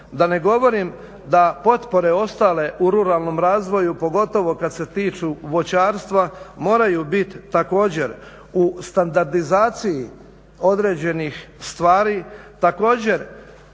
Da ne govorim da potpore ostale u ruralnom razvoju, pogotovo kad se tiču voćarstva, moraju bit također u standardizaciji određenih stvari. Također